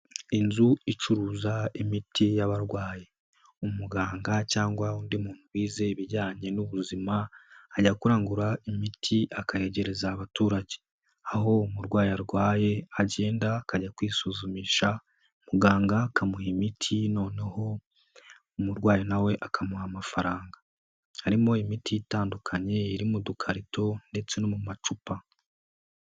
Inzu icuruza imiti y'abarwayi umuganga cyangwa undi muntu wize ibijyanye n'ubuzima, ajya kurangura imiti akayegereza abaturage, aho umurwayi arwaye agenda akajya kwisuzumisha, muganga akamuha imiti noneho umurwayi nawe akamuha amafaranga, harimo imiti itandukanye iri mu dukarito ndetse no mu macupa.